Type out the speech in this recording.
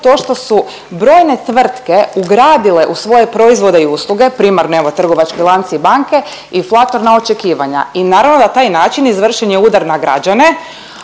to što su brojne tvrtke ugradila u svoje proizvode i usluge primarno evo trgovački lanci i banke, inflatorna očekivanja. I naravno da na taj način izvršen je udar na građane,